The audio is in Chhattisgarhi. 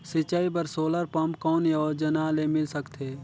सिंचाई बर सोलर पम्प कौन योजना ले मिल सकथे?